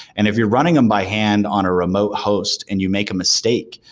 and if you're running them by hand on a remote host and you make a mistake,